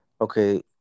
okay